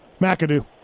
McAdoo